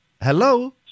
Hello